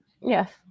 Yes